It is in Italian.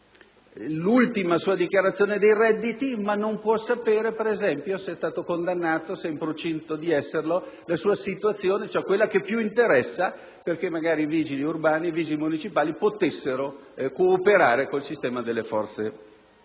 ultima dichiarazione dei redditi, ma non può sapere, per esempio, se è stato condannato, se è in procinto di esserlo, cioè la situazione che più interessa perché magari i vigili municipali possano cooperare col sistema delle forze